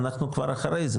אנחנו כבר אחרי זה,